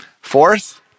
Fourth